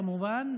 כמובן,